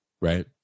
Right